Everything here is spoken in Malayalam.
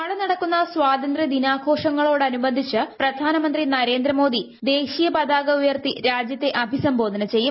നാളെ നടക്കുന്ന സാതന്ത്യ ദിനാഘോഷങ്ങളോട് അനുബന്ധിച്ച് പ്രധാനമന്ത്രി നരേന്ദ്രമോദി ദേശീയി പൃത്ാക ഉയർത്തി രാജ്യത്തെ അഭിസംബോധന ചെയ്യും